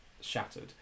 shattered